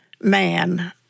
Man